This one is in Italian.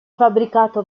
fabbricato